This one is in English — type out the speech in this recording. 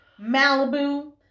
Malibu